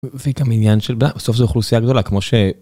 וגם עניין של בסוף זה אוכלוסייה גדולה כמו ש.